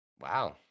Wow